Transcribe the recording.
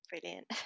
brilliant